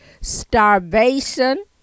starvation